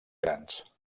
grans